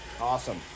Awesome